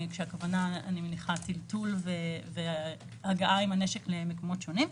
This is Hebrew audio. כאשר אני מניחה שהכוונה לטלטול והגעה עם הנשק למקומות שונים,